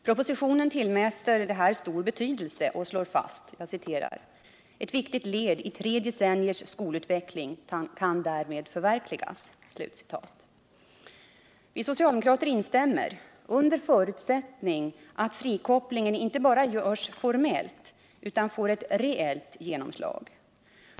Propositionen tillmäter detta stor betydelse och slår fast: ”Ett viktigt led i tre decenniers skolutveckling kan därmed förverkligas.” Vi socialdemokrater instämmer — under förutsättning att frikopplingen inte bara görs formellt utan får ett reellt genomslag.